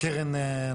הקרן,